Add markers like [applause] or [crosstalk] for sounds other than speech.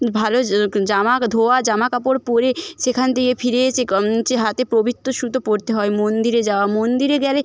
ভালো জামা ধোওয়া জামাকাপড় পরে সেখান থেকে ফিরে এসে [unintelligible] হচ্ছে হাতে পবিত্র সুতো পরতে হয় মন্দিরে যাওয়া মন্দিরে গেলে